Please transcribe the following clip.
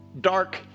dark